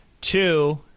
Two